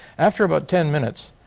after about ten minutes,